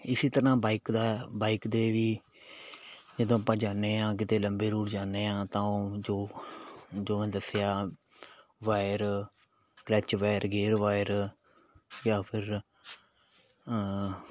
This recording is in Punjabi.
ਇਸ ਤਰ੍ਹਾਂ ਬਾਈਕ ਦਾ ਬਾਈਕ ਦੇ ਵੀ ਜਦੋਂ ਆਪਾਂ ਜਾਂਦੇ ਹਾਂ ਕਿਤੇ ਲੰਬੇ ਰੂਟ ਜਾਂਦੇ ਹਾਂ ਤਾਂ ਓ ਜੋ ਜੋ ਮੈਂ ਦੱਸਿਆ wire clutch wire gear wire ਜਾਂ ਫਿਰ